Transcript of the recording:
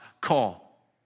call